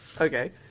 Okay